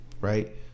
right